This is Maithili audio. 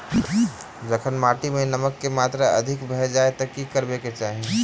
जखन माटि मे नमक कऽ मात्रा अधिक भऽ जाय तऽ की करबाक चाहि?